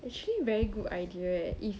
actually very good idea eh if